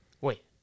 Wait